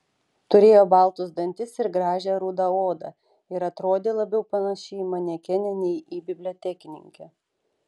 turėjo baltus dantis ir gražią rudą odą ir atrodė labiau panaši į manekenę nei į bibliotekininkę